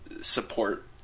support